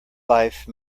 life